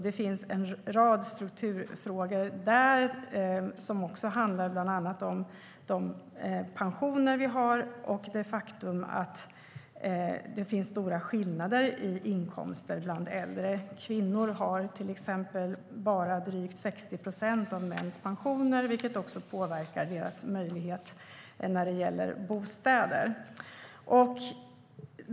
Det finns en rad strukturfrågor som bland annat handlar om de pensioner vi har och det faktum att det finns stora skillnader i inkomster bland äldre. Kvinnor har till exempel bara drygt 60 procent av mäns pensioner, vilket påverkar deras möjlighet när det gäller bostäder.